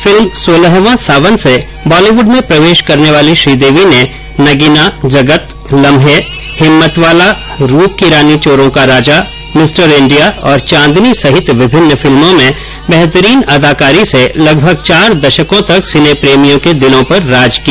film Solva Sawan से Bollywood में प्रवेश करने वाली श्रीदेवी ने नगीना जगत लम्हे हिम्मतवाला रूप की रानी चोरों का राजा मिस्टर इंडिया और चांदनी सहित विभिन्न फिल्मों में बेहतरीन अदाकारी से लगभग चार दशकों तक सिने प्रेमियों के दिलों पर राज किया